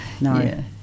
no